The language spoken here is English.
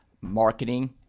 marketing